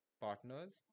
partners